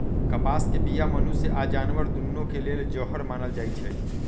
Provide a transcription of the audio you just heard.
कपास के बीया मनुष्य आऽ जानवर दुन्नों के लेल जहर मानल जाई छै